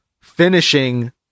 finishing